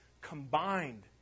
combined